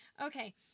Okay